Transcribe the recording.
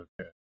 Okay